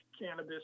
cannabis